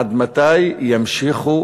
עד מתי ימשיכו